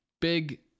big